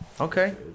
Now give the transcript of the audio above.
Okay